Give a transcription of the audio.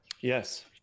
Yes